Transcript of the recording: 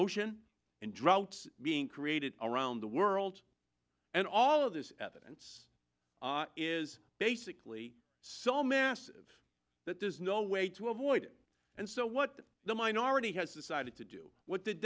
ocean and droughts being created around the world and all of this evidence is basically so massive that there's no way to avoid it and so what the minority has decided to do what the